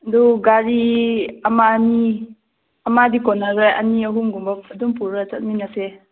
ꯑꯗꯨ ꯒꯥꯔꯤ ꯑꯃ ꯑꯅꯤ ꯑꯃꯗꯤ ꯀꯣꯟꯅꯔꯣꯏ ꯑꯅꯤ ꯑꯍꯨꯝꯒꯨꯝꯕ ꯑꯗꯨꯝ ꯄꯨꯔꯒ ꯆꯠꯃꯤꯟꯅꯁꯦ